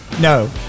no